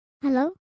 hello